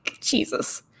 Jesus